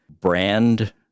brand